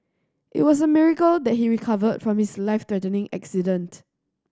it was a miracle that he recovered from his life threatening accident